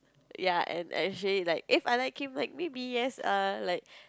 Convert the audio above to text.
ya and actually like If I like him like then maybe yes err like